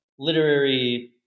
literary